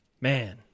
Man